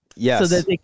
Yes